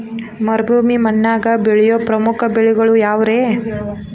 ಮರುಭೂಮಿ ಮಣ್ಣಾಗ ಬೆಳೆಯೋ ಪ್ರಮುಖ ಬೆಳೆಗಳು ಯಾವ್ರೇ?